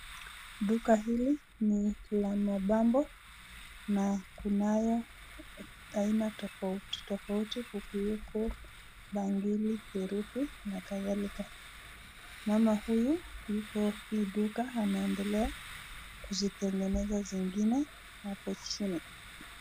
Duka hili ni duka la mapambo ambayo na kunayo aina tofauti tofauti kukiwepo bangili, herufi na kadhalika. Mama huyu yupo hii duka anaendelea kuzitengeneza zingine hapo chini.